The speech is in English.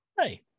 Hey